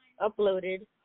uploaded